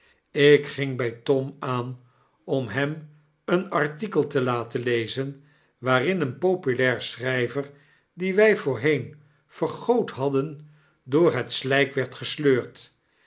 ik ging by tom aan om hem een artikel te laten lezen waarin een populair schryver dien wy voorheen vergood hadden door het slyk werd gesleurd